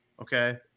Okay